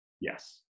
Yes